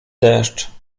deszcz